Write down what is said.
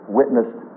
witnessed